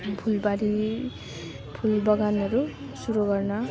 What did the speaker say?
फुलबारी फुलबगानहरू सुरु गर्न